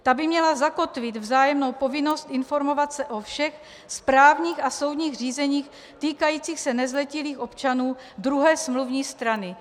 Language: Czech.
Ta by měla zakotvit vzájemnou povinnost informovat se o všech správních a soudních řízeních týkajících se nezletilých občanů druhé smluvní strany.